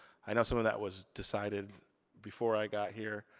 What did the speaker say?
i know some of that was decided before i got here.